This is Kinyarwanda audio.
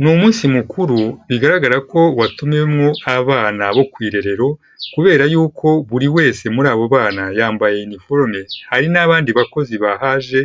Ni umunsi mukuru bigaragara ko watumiwemo abana bo ku irerero, kubera yuko buri wese muri abo bana yambaye uniforme, hari n'abandi bakozi bahaje